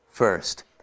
First